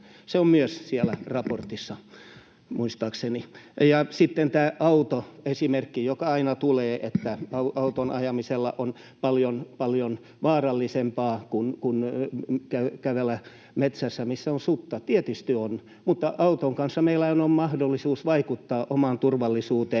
se on siellä raportissa, muistaakseni. Ja sitten on tämä autoesimerkki, joka aina tulee, että autolla ajaminen on paljon vaarallisempaa kuin kävely metsässä, missä on susia. Tietysti on, mutta auton kanssahan meillä on mahdollisuus vaikuttaa omaan turvallisuuteen